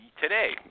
today